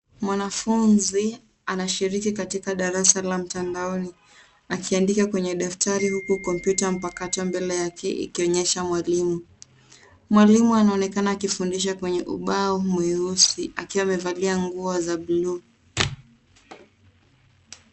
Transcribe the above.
Mwanafunzi anashiriki katika darasa la mtandaoni. Akiandika kwenye daftari huku kompyuta mpakato mbele yake ikionyesha mwalimu. Mwalimu anaonekana anafundisha kwenye ubao mweusi akiwa amevalia nguo za bluu.